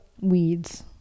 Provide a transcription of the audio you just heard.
weeds